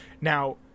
Now